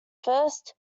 first